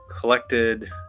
collected